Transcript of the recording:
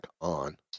on